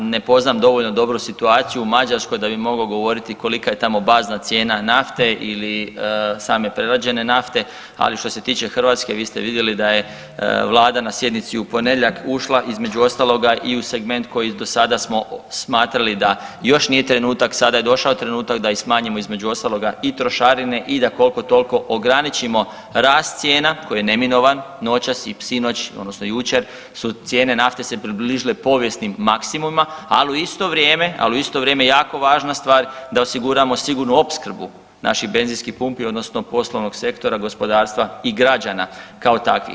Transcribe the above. Ne poznam dovoljno dobro situaciju u Mađarskoj da bih mogao govoriti kolika je tamo bazna cijena nafte ili same prerađene nafte, ali što se tiče Hrvatske, vi ste vidjeli da je Vlada na sjednici u ponedjeljak, ušla između ostaloga i u segment koji do sada smo smatrali da još nije trenutak, sada je došao trenutak da smanjimo, između ostaloga i trošarine i da koliko-toliko ograničimo rast cijena koji je neminovan, noćas i sinoć odnosno jučer, su cijene nafte se približile povijesnim maksimumima, ali u isto vrijeme, ali u isto vrijeme jako važna stvar, da osiguramo sigurnu opskrbu naših benzinskih pumpi odnosno poslovnog sektora gospodarstva i građana kao takvih.